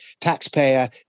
taxpayer